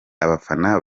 abafana